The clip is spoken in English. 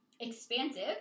expansive